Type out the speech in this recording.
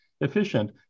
efficient